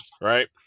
right